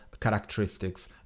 characteristics